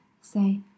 say